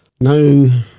No